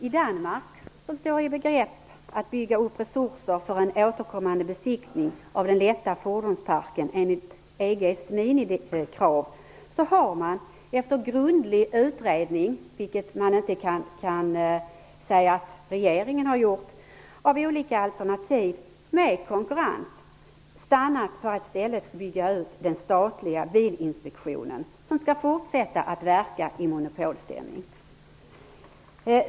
I Danmark, som står i begrepp att bygga upp resurser för en återkommande besiktning av den lätta fordonsparken enligt EG:s minikrav, har man efter grundlig utredning -- vilket man inte kan säga att den svenska regeringen har gjort -- av olika alternativ med konkurrens stannat för att i stället bygga ut den statliga bilinspektionen, som skall fortsätta att verka i monopolställning.